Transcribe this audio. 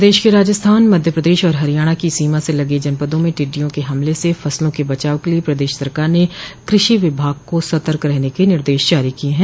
प्रदेश के राजस्थान मध्यप्रदेश और हरियाणा की सीमा से लगे जनपदों में टिड्डियों के हमले से फसलों के बचाव के लिए प्रदेश सरकार ने कृषि विभाग को सतर्क रहने के निर्देश जारी किये हैं